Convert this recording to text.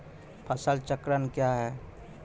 फसल चक्रण कया हैं?